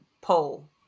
pole